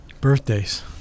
birthdays